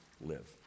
live